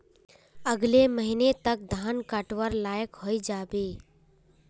अगले महीने तक धान कटवार लायक हई जा बे